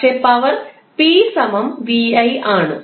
പക്ഷേ പവർ 𝑝 𝑣𝑖 ആണ്